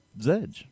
Zedge